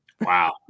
Wow